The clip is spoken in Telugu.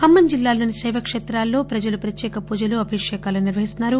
ఖమ్మం జిల్లాలోని శైవక్షేత్రాలలో ప్రజలు ప్రత్యేక పూజలు అభిషేకాలు నిర్వహిస్తారు